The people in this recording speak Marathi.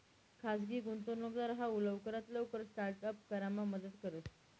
खाजगी गुंतवणूकदार हाऊ लवकरात लवकर स्टार्ट अप करामा मदत करस